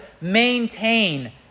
maintain